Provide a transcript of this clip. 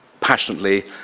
passionately